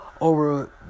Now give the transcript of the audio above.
over